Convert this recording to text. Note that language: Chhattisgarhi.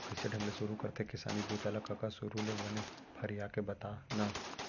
कइसे ढंग ले सुरू करथे किसानी बूता ल कका? सुरू ले बने फरिया के बता न